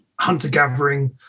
hunter-gathering